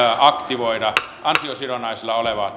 aktivoida ansiosidonnaisella olevaa